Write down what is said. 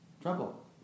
trouble